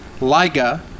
Liga